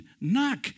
Knock